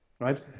right